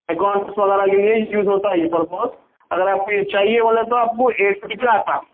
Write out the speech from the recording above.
accounts وغیرہ كے لیے یوز ہوتا ہے یہ پرپوز اگر آپ کو چاہیے یہ والا تو آپ کو ایک بھی آتا